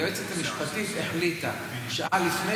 היועצת המשפטית החליטה שעה לפני,